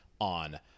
on